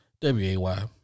W-A-Y